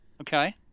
Okay